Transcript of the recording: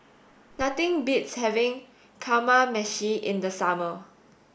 nothing beats having Kamameshi in the summer